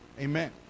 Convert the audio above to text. amen